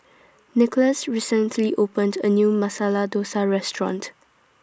Nicholas recently opened A New Masala Dosa Restaurant